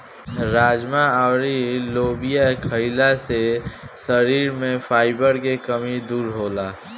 राजमा अउर लोबिया खईला से शरीर में फाइबर के कमी दूर होला